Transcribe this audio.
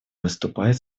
выступает